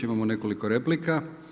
Imamo nekoliko replika.